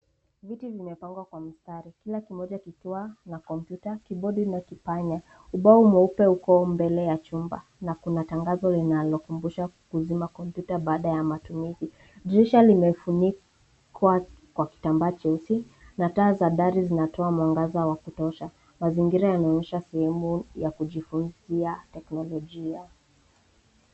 Viti vimepangwa kwa mistari. Kila kimoja kikiwa na kompyuta, kibodi, na kipanya. Ubao mweupe uko mbele ya chumba, na kuna tangazo linalokumbusha kuzima kompyuta baada ya matumizi. Dirisha limefunikwa kwa kitambaa cheusi, na taa za dari zinatoa mwangaza wa kutosha. Mazingira inaonyesha sehemu ya kujifunzia teknolojia.